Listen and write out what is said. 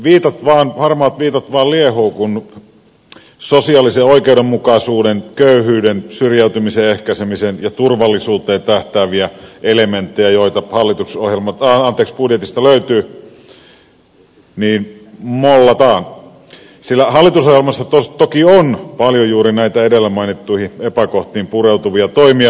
harmaat viitat vaan liehuvat kun sosiaaliseen oikeudenmukaisuuteen köyhyyteen syrjäytymisen ehkäisemiseen ja turvallisuuteen tähtääviä elementtejä joita budjetista löytyy mollataan sillä hallitusohjelmassa toki on paljon juuri näitä edellä mainittuihin epäkohtiin pureutuvia toimia